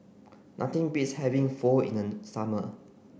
nothing beats having Pho in the summer